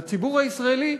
לציבור הישראלי,